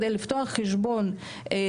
נניח בשביל לפתוח חשבון בפיוניר,